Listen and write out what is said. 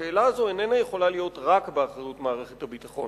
השאלה הזאת איננה יכולה להיות רק באחריות מערכת הביטחון.